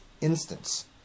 instance